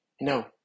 No